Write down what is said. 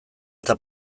eta